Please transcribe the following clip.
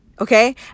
okay